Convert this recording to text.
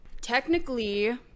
Technically